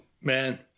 Man